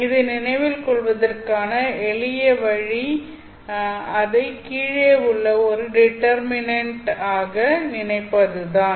இதை நினைவில் கொள்வதற்கான எளிய வழி அதை கீழே உள்ள ஒரு டிடெர்மினேன்ட் ஆக நினைப்பது தான்